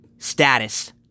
Status